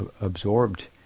absorbed